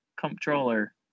controller